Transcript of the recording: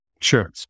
Sure